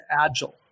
agile